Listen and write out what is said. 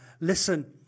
Listen